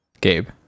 Gabe